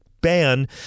ban